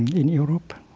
in europe,